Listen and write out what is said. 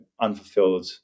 unfulfilled